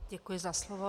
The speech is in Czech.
Děkuji za slovo.